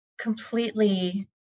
completely